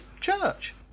church